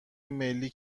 ملی